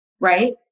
Right